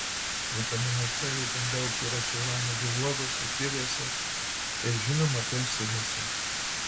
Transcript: vitamino c itin daug yra šeivamedžių uogose kiviuose ir žinoma apelsinuose